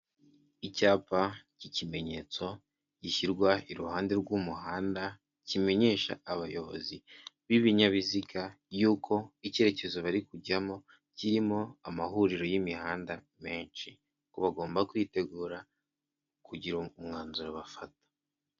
Icyapa cy'ikimenyetso gishyirwa iruhande rw'umuhanda kimenyesha abayobozi b'ibinyabiziga y'uko icyerekezo bari kujyamo kirimo amahuriro y'imihanda menshi, ko bagomba kwitegura kugira umwanzuro bafata.